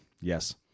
Yes